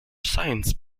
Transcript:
science